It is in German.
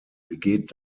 begeht